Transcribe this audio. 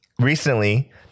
recently